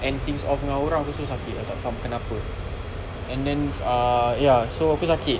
end things off dengan orang aku selalu sakit tak tahu kenapa and then uh ya so aku sakit